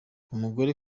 umugore